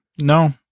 No